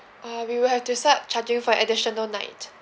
uh we'll have to start charging for additional night